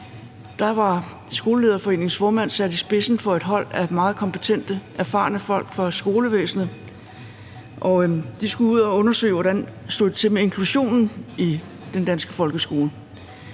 – var Skolelederforeningens formand sat i spidsen for et hold af meget kompetente og erfarne folk fra skolevæsenet. De skulle ud at undersøge, hvordan det stod til med inklusionen i den danske folkeskole.